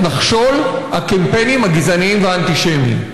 נחשול הקמפיינים הגזעניים והאנטישמיים?